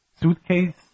suitcase